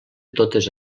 totes